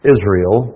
Israel